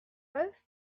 both